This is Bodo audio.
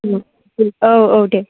औ औ दे